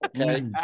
Okay